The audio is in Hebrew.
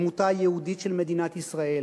בדמותה היהודית של מדינת ישראל,